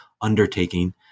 undertaking